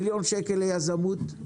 מיליון שקל ליזמות,